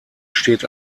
steht